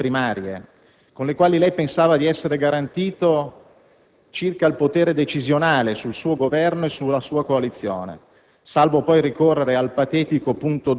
È nata dal cartone animato delle primarie, con le quali lei pensava di essere garantito circa il potere decisionale sul suo Governo e sulla sua coalizione,